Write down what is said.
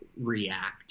react